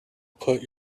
put